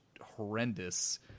horrendous